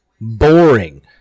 boring